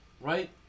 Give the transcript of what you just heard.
right